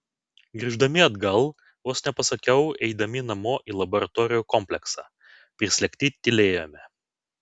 grįždami atgal vos nepasakiau eidami namo į laboratorijų kompleksą prislėgti tylėjome